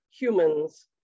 humans